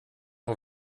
och